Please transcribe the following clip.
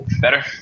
Better